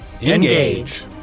engage